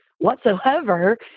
whatsoever